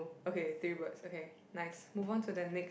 okay three words okay nice move on to the next